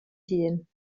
hun